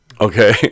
Okay